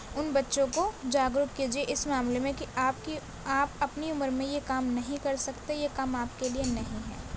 ان بچوں کو جاگرک کیجے اس معاملے میں کہ آپ کی آپ اپنی عمر میں یہ کام نہیں کر سکتے یہ کام آپ کے لیے نہیں ہے